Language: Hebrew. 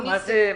מה זה נמוכה?